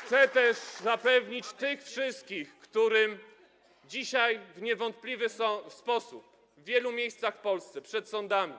Chcę też zapewnić tych wszystkich, którym dzisiaj w niewątpliwy sposób w wielu miejscach w Polsce przed sądami